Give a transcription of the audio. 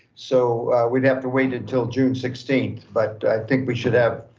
so we'd have to wait until june sixteenth. but i think we should have,